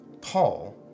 Paul